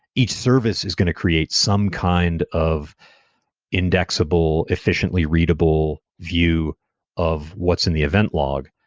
each service is going to create some kind of indexable, efficiently readable view of what's in the event log.